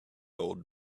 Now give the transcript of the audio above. old